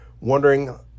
wondering